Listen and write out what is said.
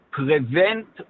prevent